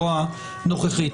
לא הנוכחית.